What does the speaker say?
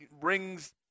rings